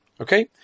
Okay